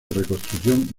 reconstrucción